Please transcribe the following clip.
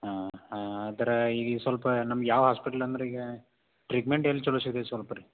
ಹಾಂ ಹಾಂ ಆದ್ರ ಈಗೀಗ ಸ್ವಲ್ಪ ನಮ್ಗೆ ಯಾವ ಹಾಸ್ಪೆಟ್ಲ್ ಅಂದ್ರ ಈಗ ಟ್ರೀಟ್ಮೆಂಟ್ ಎಲ್ಲಿ ಚಲೋ ಸಿಗ್ತಯ್ತಿ ಸೊಲ್ಪ ರೀ